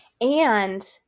And-